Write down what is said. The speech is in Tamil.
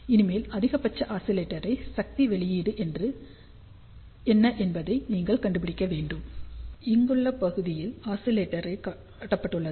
இனிமேல் அதிகபட்ச ஆஸிலேட்டர் சக்தி வெளியீடு என்ன என்பதை நீங்கள் கண்டுபிடிக்க வேண்டும் இங்குள்ள பகுதியில் ஆஸிலேட்டர் காட்டப்பட்டுள்ளது